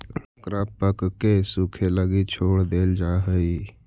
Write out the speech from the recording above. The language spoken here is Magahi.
ओकरा पकके सूखे लगी छोड़ देल जा हइ